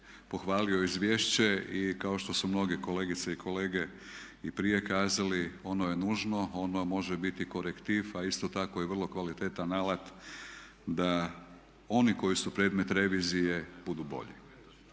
pohvalio izvješće i kao što su mnoge kolegice i kolege i prije kazali ono je nužno, ono može biti korektiv a isto tako je vrlo kvalitetan alat da oni koji su predmet revizije budu bolji.